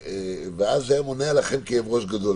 וזה היה מונע כאב ראש גדול.